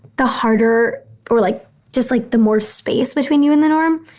the harder or like just like the more space between you and the norm,